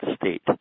state